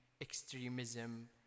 extremism